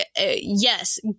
yes